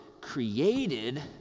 created